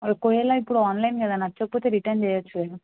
ఒకేవేళ ఇప్పుడు ఆన్లైన్ కదా నచ్చకపోతే రిటర్న్ చేయవచ్చు కదా